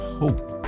hope